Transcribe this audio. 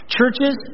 Churches